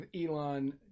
elon